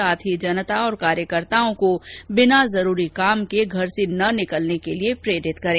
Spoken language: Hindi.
साथ ही जनता और कार्यकर्ताओं को बिना जरूरी काम के घर से ना निकलने के लिए प्रेरित करें